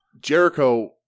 Jericho